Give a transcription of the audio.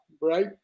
Right